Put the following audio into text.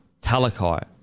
Talakai